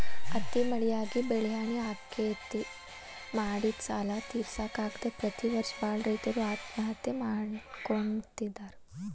ಅತಿ ಮಳಿಯಾಗಿ ಬೆಳಿಹಾನಿ ಆಗ್ತೇತಿ, ಮಾಡಿದ ಸಾಲಾ ತಿರ್ಸಾಕ ಆಗದ ಪ್ರತಿ ವರ್ಷ ಬಾಳ ರೈತರು ಆತ್ಮಹತ್ಯೆ ಮಾಡ್ಕೋತಿದಾರ